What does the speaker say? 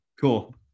Cool